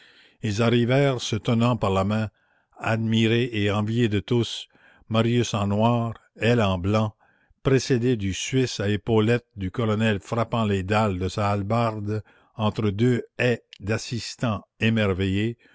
ils arrivèrent se tenant par la main admirés et enviés de tous marius en noir elle en blanc précédés du suisse à épaulettes de colonel frappant les dalles de sa hallebarde entre deux haies d'assistants émerveillés